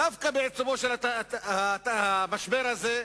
דווקא בעיצומו של המשבר הזה,